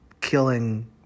killing